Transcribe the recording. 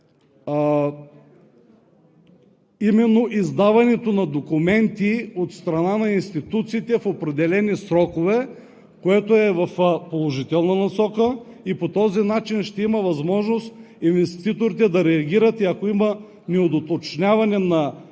именно издаването на документи от страна на институциите в определени срокове, което е в положителна насока, и по този начин ще има възможност инвеститорите да реагират и ако има недоуточняване или липса на документи,